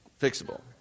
fixable